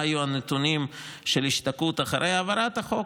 מה היו הנתונים של ההשתקעות אחרי העברת החוק?